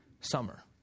summer